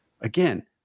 again